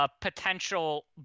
Potential